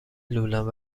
لولند